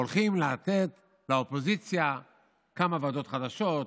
הולכים לתת לאופוזיציה כמה ועדות חדשות,